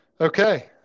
Okay